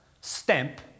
stamp